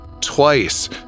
twice